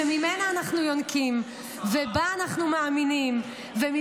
שממנה אנחנו יונקים ובה אנחנו מאמינים ובה